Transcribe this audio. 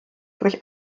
durch